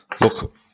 Look